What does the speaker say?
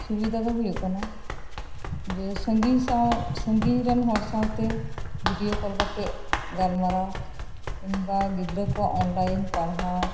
ᱥᱩᱵᱤᱫᱷᱟ ᱫᱚ ᱦᱳᱭᱳᱜ ᱠᱟᱱᱟ ᱡᱮ ᱥᱟᱹᱜᱤᱧ ᱥᱟᱶ ᱥᱟᱹᱜᱤᱧ ᱨᱮᱱ ᱦᱚᱲ ᱥᱟᱶᱛᱮ ᱵᱷᱤᱰᱭᱳ ᱠᱚᱞ ᱠᱟᱛᱮᱫ ᱜᱟᱞᱢᱟᱨᱟᱣ ᱠᱤᱝᱵᱟ ᱜᱤᱫᱽᱨᱟᱹ ᱠᱚᱣᱟᱜ ᱚᱱᱞᱟᱭᱤᱱ ᱯᱟᱲᱦᱟᱣ